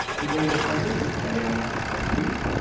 he later hunted with diana on crete,